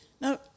Now